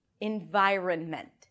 environment